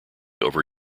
over